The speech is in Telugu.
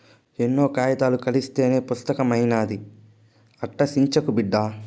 ఎన్నో కాయితాలు కలస్తేనే పుస్తకం అయితాది, అట్టా సించకు బిడ్డా